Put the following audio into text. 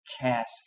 Cast